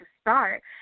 start